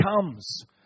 comes